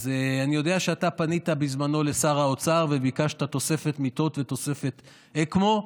אז אני יודע שאתה פנית בזמנו לשר האוצר וביקשת תוספת מיטות ותוספת אקמו,